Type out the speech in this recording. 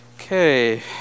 Okay